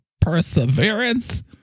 perseverance